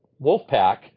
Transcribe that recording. Wolfpack